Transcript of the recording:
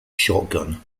shotgun